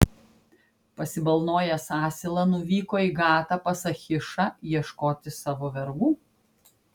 pasibalnojęs asilą nuvyko į gatą pas achišą ieškoti savo vergų